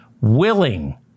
willing